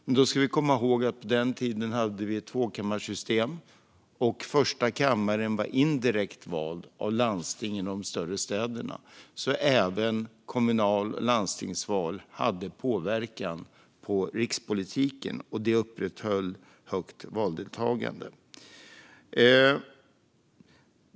Men då ska vi komma ihåg att vi på den tiden hade ett tvåkammarsystem, och första kammaren var indirekt vald av landstingen och de större städerna. Även kommunal och landstingsval hade påverkan på rikspolitiken, och det upprätthöll ett högt valdeltagande.